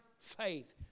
faith